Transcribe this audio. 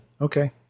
Okay